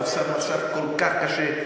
עכשיו כל כך קשה.